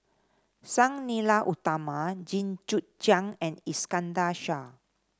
Sang Nila Utama Jit Koon Ch'ng and Iskandar Shah